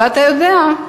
ואתה יודע,